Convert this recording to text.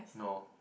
no